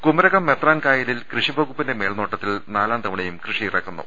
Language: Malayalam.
കുമരകം മെത്രാൻ കായലിൽ കൃഷിവകുപ്പിന്റെ മേൽനോട്ടത്തിൽ നാലാം തവണയും കൃഷിയിറക്കുന്നു